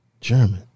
German